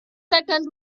second